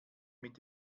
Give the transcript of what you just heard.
mit